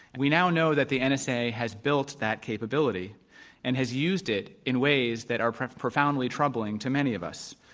we now know that the and nsa has built that capability and has used it in ways that are profoundly troubling to many of us.